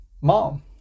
mom